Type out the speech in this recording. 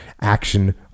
action